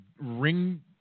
ring